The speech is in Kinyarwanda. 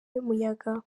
y’umuyaga